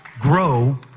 grow